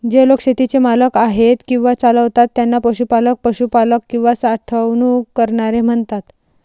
जे लोक शेतीचे मालक आहेत किंवा चालवतात त्यांना पशुपालक, पशुपालक किंवा साठवणूक करणारे म्हणतात